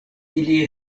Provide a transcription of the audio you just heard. ili